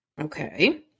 Okay